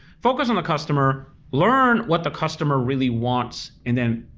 focus on the customer, learn what the customer really wants and then,